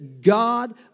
God